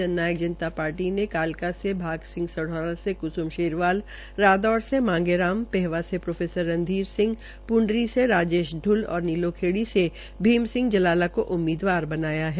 जन नायक जनता पार्टी ने कालका से भाग सिंह सढौरा से क्स्म शेरवाल रादौर से मांगे राम पहेवा से प्रोफेसर रनधीर सिंह प्ंडरी से राजेश ढ्ल और नीलोखेड़ी से भीम सिंह जलाला को उम्मीदवार बताया है